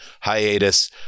hiatus